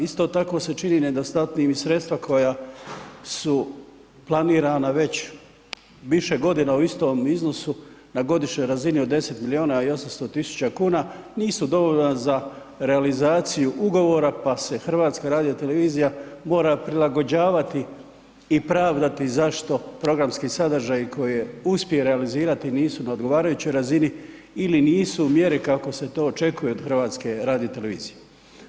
Isto tako se čini nedostatnim i sredstva koja su planirana već više godina u istom iznosu na godišnjoj razini od 10 milijuna i 800 tisuća kuna nisu dovoljna za realizaciju ugovora pa se HRT mora prilagođavati i pravdati zašto programski sadržaji koje uspije realizirati nisu na odgovarajućoj razini ili nisu u mjeri kako se to očekuje od HRT-a.